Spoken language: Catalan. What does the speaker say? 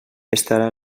estar